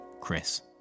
Chris